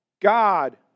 God